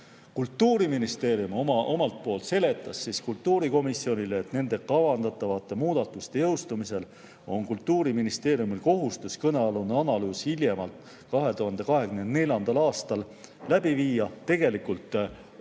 Kultuuriministeerium seletas kultuurikomisjonile, et nende kavandatavate muudatuste jõustumisel on Kultuuriministeeriumil kohustus kõnealune analüüs hiljemalt 2024. aastal läbi viia. Tegelikult järgmise